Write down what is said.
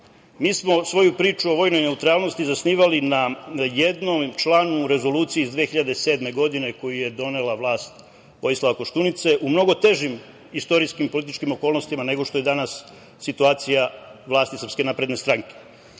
Mi smo svoju priču o vojnoj neutralnosti zasnivali na jednom članu Rezolucije iz 2007. godine, koju je donela vlast Vojislava Koštunice u mnogo težim istorijskim političkim okolnostima nego što je danas situacija vlasti SNS.Tačno je da ste